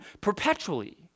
perpetually